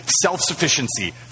self-sufficiency